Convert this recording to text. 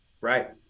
Right